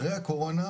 אחרי הקורונה,